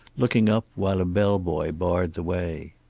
looking up, while a bell-boy barred the way.